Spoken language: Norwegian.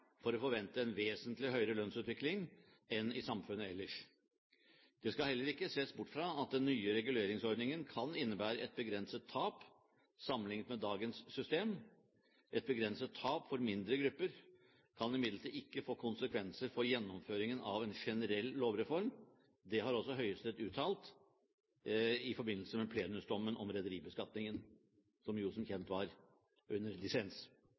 for å forvente en vesentlig høyere lønnsutvikling enn i samfunnet ellers. Det skal heller ikke ses bort fra at den nye reguleringsordningen kan innebære et begrenset tap sammenliknet med dagens system. Et begrenset tap for mindre grupper kan imidlertid ikke få noen konsekvenser for gjennomføringen av generell lovreform. Det har også Høyesterett uttalt i forbindelse med plenumsdommen når det gjaldt rederibeskatningen, som jo som kjent var under dissens.